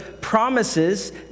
promises